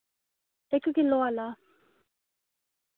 इक किल्लो आह्ला